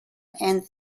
and